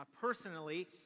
personally